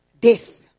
death